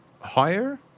higher